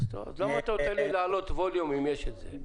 למה נתת לי לעלות ווליום אם יש את זה?